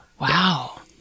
Wow